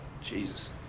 Jesus